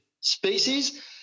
species